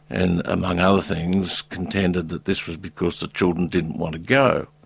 and among other things contended that this was because the children didn't want to go.